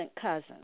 cousin